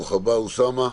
ברוך הבא, אוסאמה.